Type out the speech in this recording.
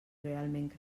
realment